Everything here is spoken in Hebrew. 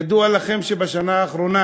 ידוע לכם שבשנה האחרונה